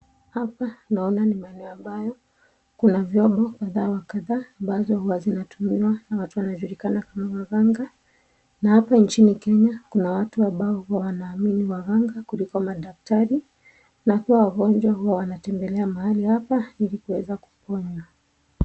Hapa naona ni maeneo ambayo kuna vyombo kadha wa kadha ambazo huwa zinatumiwa na watu wanajulikana kama waganga na hapa nchini Kenya kuna watu ambao wanaamini waganga kuliko madaktari na wakiwa wagonjwa huwa wanatembelea mahali hapa ili kuweza kupona.